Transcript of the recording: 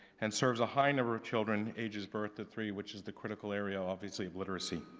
and serves a high number of children ages birth to three which is the critical area obviously of literacy.